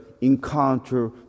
encounter